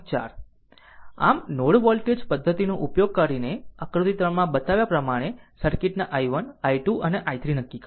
આમ node voltage પદ્ધતિનો ઉપયોગ કરીને આકૃતિ 3 માં બતાવ્યા પ્રમાણે સર્કિટના i1 i2 અને i3 નક્કી કરો